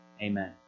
Amen